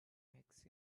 makes